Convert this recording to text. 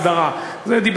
הקמת שני